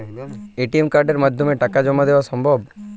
ATM কার্ডের মাধ্যমে টাকা জমা দেওয়া সম্ভব?